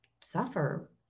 suffer